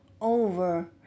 over